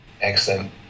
Excellent